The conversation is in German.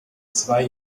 zwei